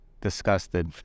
Disgusted